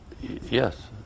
Yes